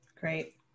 great